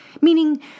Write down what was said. Meaning